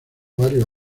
varios